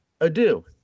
adieu